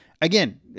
again